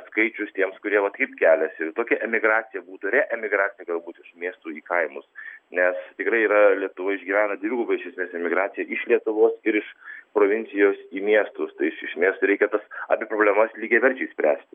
skaičius tiems kurie va taip keliasi ir tokia emigracija būtų reemigracija galbūt iš miestų į kaimus nes tikrai yra lietuva išgyvena dvigubą iš esmės emigraciją iš lietuvos ir iš provincijos į miestus tai iš esmės reikia tas abi problemas lygiaverčiai spręsti